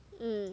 mm